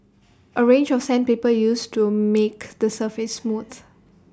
A range of sandpaper used to make the surface smooth